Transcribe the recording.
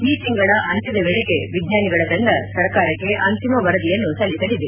ಈ ತಿಂಗಳ ಅಂತ್ಯದ ವೇಳಿಗೆ ವಿಜ್ವಾನಿಗಳ ತಂಡ ಸರ್ಕಾರಕ್ಕೆ ಅಂತಿಮ ವರದಿಯನ್ನು ಸಲ್ಲಿಸಲಿದೆ